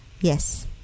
Yes